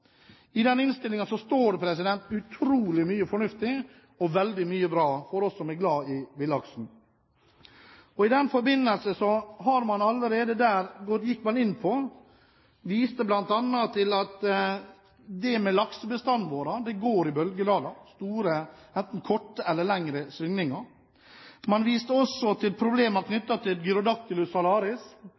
står det utrolig mye fornuftig og veldig mye bra for oss som er glad i villaksen. Allerede der viste man bl.a. til at størrelsen på laksebestanden går i bølgedaler, med enten korte eller lengre svingninger. Man viste også til problemer knyttet til